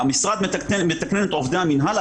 המשרד מתקנן את עובדי המינהל,